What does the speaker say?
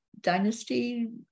dynasty